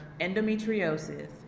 endometriosis